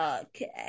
Okay